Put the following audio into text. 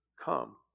come